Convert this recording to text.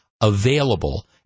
available